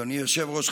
אדוני היושב-ראש,